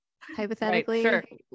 Hypothetically